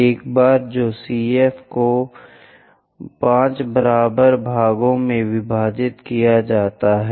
एक बार जो CF को 5 बराबर भागों में विभाजित किया जाता है